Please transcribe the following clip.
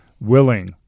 willing